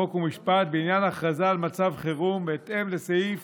חוק ומשפט בעניין הכרזה על מצב חירום בהתאם לסעיף